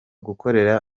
gukorera